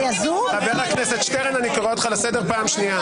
חבר הכנסת שטרן, אני קורא אותך לסדר פעם שנייה.